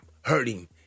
hurting